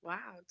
Wow